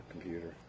computer